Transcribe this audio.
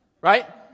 right